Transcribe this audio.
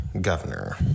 governor